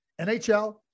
NHL